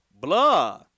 Blah